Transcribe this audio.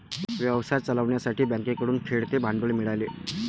व्यवसाय चालवण्यासाठी बँकेकडून खेळते भांडवल मिळाले